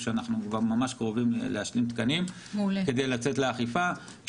שאנחנו כבר ממש קרובים להשלים תקנים כדי לצאת לאכיפה.